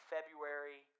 February